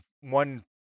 one